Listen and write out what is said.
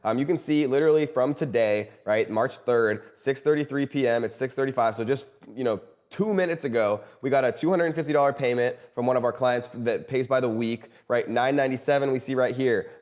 um you can see literally from today, right? march third six thirty three p m. it's six thirty five, so just you know two minutes ago, we got a two hundred and fifty dollars payment from one of our clients that pays by the week, right? nine hundred and ninety seven. we see right here.